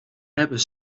hebben